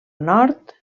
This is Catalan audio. nord